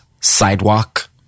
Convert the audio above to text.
sidewalk